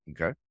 okay